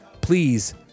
Please